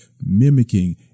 mimicking